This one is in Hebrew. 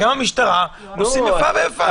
גם הם עושים איפה ואיפה.